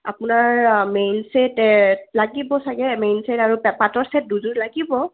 আপোনাৰ main set লাগিব চাগে মেইন ছেট আৰু পাটৰ ছেট দুযোৰ লাগিব